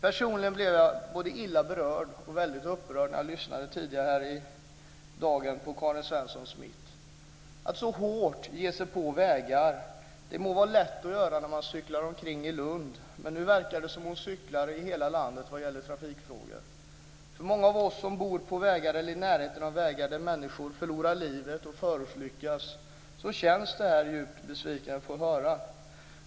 Personligen blev jag både illa berörd och väldigt upprörd när jag tidigare i dag lyssnade på hur Karin Svensson Smith så hårt gav sig på vägarna. Det må vara lätt att göra det när man cyklar omkring i Lund, men nu verkar det som om hon är ute cyklar i hela landet vad gäller trafikfrågor. För många av oss som bor vid vägar eller i närheten av vägar där människor förlorar livet och förolyckas känns det som en djup besvikelse att få höra detta.